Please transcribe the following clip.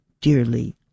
dearly